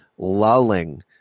lulling